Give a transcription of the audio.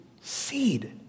seed